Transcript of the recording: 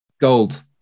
gold